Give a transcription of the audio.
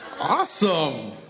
Awesome